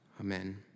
Amen